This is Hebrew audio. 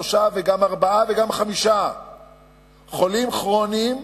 שלושה וגם ארבעה וגם חמישה חולים כרוניים,